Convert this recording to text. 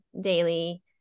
daily